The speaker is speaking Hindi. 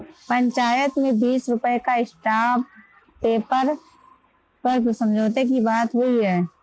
पंचायत में बीस रुपए का स्टांप पेपर पर समझौते की बात हुई है